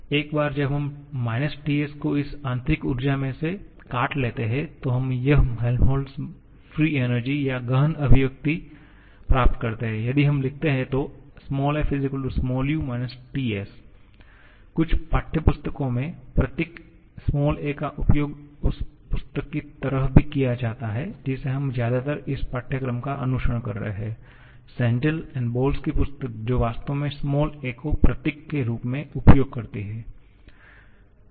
एक बार जब हम ' TS 'को इस आंतरिक ऊर्जा में से काट लेते हैं तो हम यह हेल्महोल्ट्ज़ मुक्त ऊर्जा या गहन अभिव्यक्ति प्राप्त करते हैं यदि हम लिखते हैं तो f u − Ts कुछ पाठ्यपुस्तकों में प्रतीक 'a का उपयोग उस पुस्तक की तरह भी किया जाता है जिसे हम ज्यादातर इस पाठ्यक्रम का अनुसरण कर रहे हैं Cengel and Boles की पुस्तक जो वास्तव में' a 'को प्रतीक के रूप में उपयोग करती है